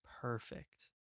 perfect